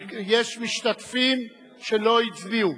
יש משתתפים שלא הצביעו,